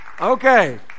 Okay